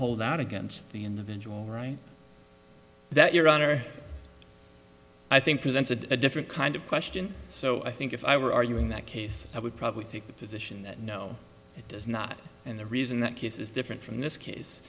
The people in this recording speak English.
hold out against the individual right that your honor i think presented a different kind of question so i think if i were arguing that case i would probably take the position that no it does not and the reason that case is different from this case